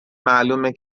معلومه